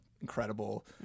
incredible